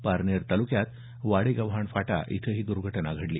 पारनेर तालुक्यात वाडेगव्हाण फाटा इथं ही दुर्घटना घडली